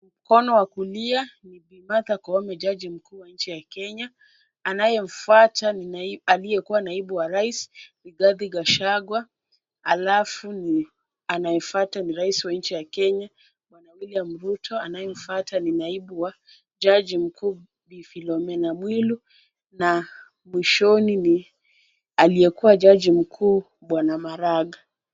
Mkono wa kulia ni Bi Martha Koome jaji mkuu wa nchi ya Kenya. Anayefuata ni aliyekuwa naibu wa rais Rigathi Gachagua halafu anayefuata ni rais wa nchi ya Kenya Bwana William Ruto. Anayefuata ni naibu wa jaji mkuu Bi Philomena Mwilu na mwishoni ni aliyekuwa jaji mkuu Bwana Maraga.